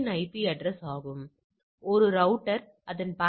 1 கட்டின்மை கூறுகளுக்காக இருமுனை 0